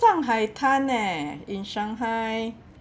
shanghaitan leh in shanghai